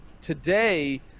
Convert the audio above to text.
today